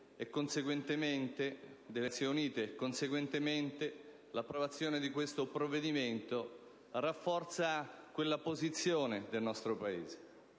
Council* delle Nazioni Unite e, conseguentemente, l'approvazione di questo provvedimento rafforza quella posizione del nostro Paese.